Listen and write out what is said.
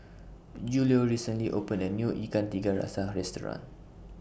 Julio recently opened A New Ikan Tiga Rasa Restaurant